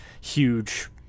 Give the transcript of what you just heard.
huge